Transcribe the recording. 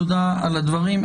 תודה על הדברים.